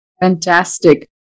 Fantastic